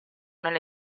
nelle